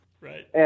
Right